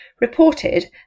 reported